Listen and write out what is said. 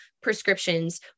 prescriptions